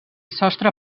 sostre